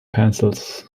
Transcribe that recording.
pencils